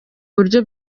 buryo